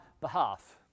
behalf